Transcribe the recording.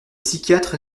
psychiatres